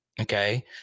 okay